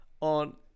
on